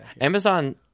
Amazon